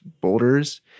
boulders